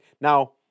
Now